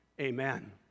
amen